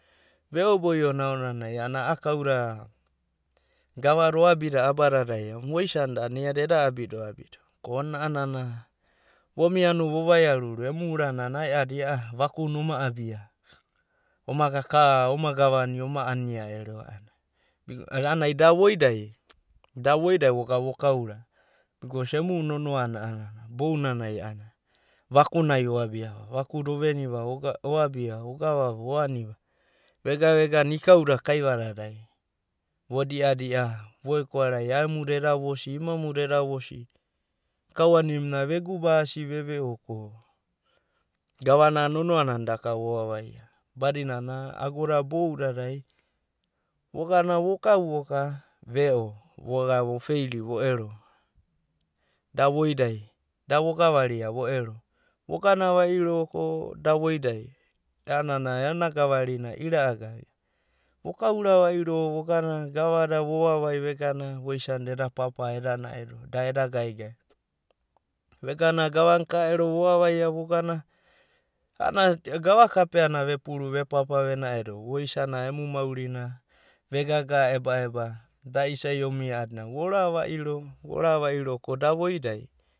Ve'o boio na aonanai a'ana a'a kauda gavada oabida abadadai voisanda a'ana iada eda abido abido ko ona a'anana vomiano vo vaiaruru emu urana a'ana ae'adi a'a vakuna oma abia a'ana omaga ka oma gavana oma ania ero. A'ana ai da voidai, da voidai voga vokauna bikos emu nonoana bounanai a'ana vakunai ova ve'oa. Vakuda oveniva, oabiva, ogavava, oaniva vega vegana ikaudada kaivananai vo di'adi'a vo ekoarai aemuda eda vosi, imamuda eda vosi, kauanimuna vegubasi veve'o ko gavana nonoa nana daka vovavaia badinana agoda boudadai vogana vokau voka ve'o voga vo feil vo ero da voidai, da vogavaria vp ero. Vogana va'iro vogana gavada vo vavai vegana voisanda eda papa eda na'edo da gaegae. Vegana gavana ka'ero vovavaia vogana a'ana gava kapeana vepuru vepapa vena'edo voisana emu maurina vegaga ebaeba da isai omia a'adina. Vora va'iro ka da voidai.